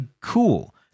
cool